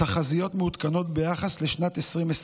תחזיות מעודכנות ביחס לשנת 2024,